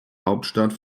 hauptstadt